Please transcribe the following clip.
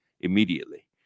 immediately